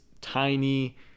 tiny